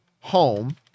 Home